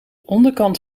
onderkant